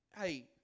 hey